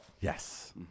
Yes